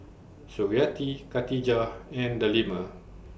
Suriawati Katijah and Delima